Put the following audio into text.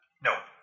No